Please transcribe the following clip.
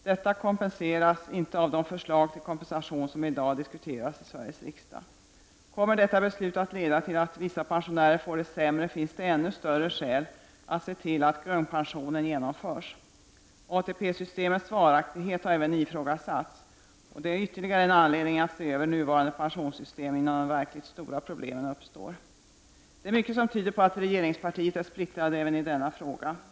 Detta täcks inte av de förslag till kompensation som i dag diskuteras i Sveriges riksdag. Kommer detta beslut att leda till att vissa pensionärer får det sämre, finns det ännu större skäl att se till att grundpensionen genomförs. ATP-systemets varaktighet har även ifrågasatts, och det är ytterligare en anledning till att se över nuvarande pensionssystem innan de verkligt stora problemen uppstår. Mycket tyder på att regeringspartiet är splittrat även i denna fråga.